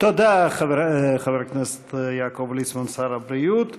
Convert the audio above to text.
תודה, חבר הכנסת יעקב ליצמן, שר הבריאות.